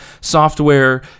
software